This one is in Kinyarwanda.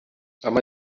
ama